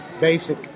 basic